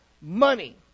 money